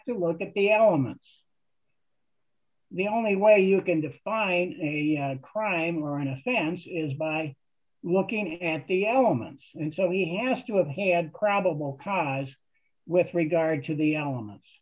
to look at the elements the only way you can defy a crime or in a sense is by looking at the elements and so he has to have had probable cause with regard to the elements